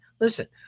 Listen